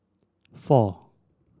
four